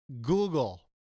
Google